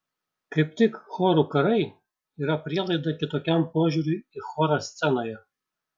kaip tik chorų karai yra prielaida kitokiam požiūriui į chorą scenoje